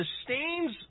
sustains